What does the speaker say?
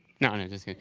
no, no just kidding.